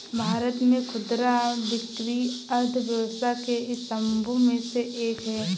भारत में खुदरा बिक्री अर्थव्यवस्था के स्तंभों में से एक है